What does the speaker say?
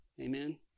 Amen